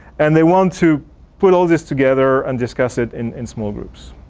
and they want to put all these together and discuss it in in small groups.